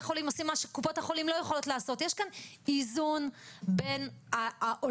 השיעורים האלה בסופו של דבר משמרים איזשהו ביטוי